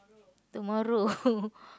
tomorrow